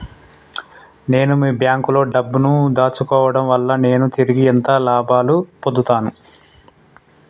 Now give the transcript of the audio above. నేను మీ బ్యాంకులో డబ్బు ను దాచుకోవటం వల్ల నేను తిరిగి ఎంత లాభాలు పొందుతాను?